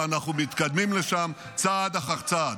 ואנחנו מתקדמים לשם צעד אחר צעד.